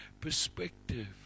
perspective